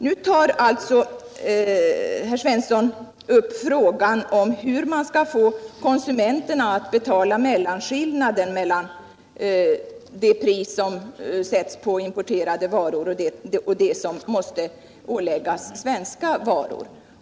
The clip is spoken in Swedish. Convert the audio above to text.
Nu tar Sten Svensson upp frågan om hur man skall få konsumenterna att betala skillnaden mellan det pris som sätts på importerade varor och det pris som måste åsättas svenska varor.